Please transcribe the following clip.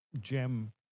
gem